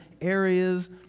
areas